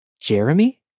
Jeremy